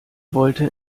wollte